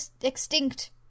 extinct